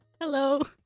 hello